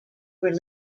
were